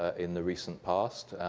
in the recent past,